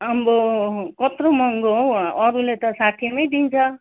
अम्बो कत्रो महँगो हौ अरूले त साठीमै दिन्छ